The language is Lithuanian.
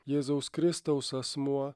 jėzaus kristaus asmuo